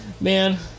Man